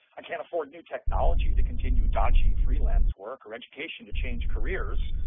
i can't afford new technology to continue dodgy freelance work or education to change careers.